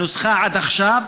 הנוסחה עד עכשיו,